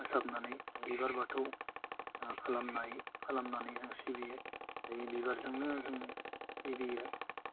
फोसाबनानै बिबार बाथौ खालामनाय खालामनानै जों सिबियो दायो बिबारजोंनो जों सिबियो